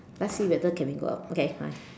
let's see whether can we go out okay bye